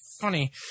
Funny